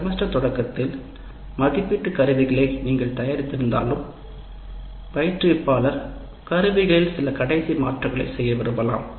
ஒரு செமஸ்டர் தொடக்கத்தில் மதிப்பீட்டு கருவிகளை நீங்கள் தயாரித்திருந்தாலும் பயிற்றுவிப்பாளர் கருவிகளில் சில கடைசி மாற்றங்களைச் செய்ய விரும்பலாம்